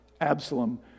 Absalom